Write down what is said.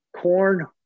corn